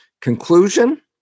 Conclusion